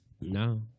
No